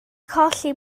colli